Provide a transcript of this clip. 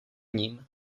ním